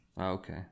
Okay